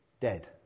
dead